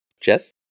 Jess